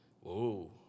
whoa